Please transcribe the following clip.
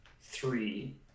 three